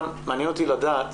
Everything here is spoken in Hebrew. מעניין אותי לדעת.